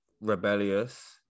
rebellious